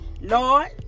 Lord